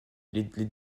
les